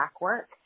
work